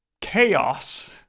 chaos